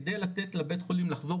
כדי לתת לבית חולים לחזור,